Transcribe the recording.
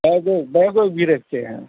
bag ओएग bag ओएग भी रखे हैं